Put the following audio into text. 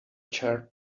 chair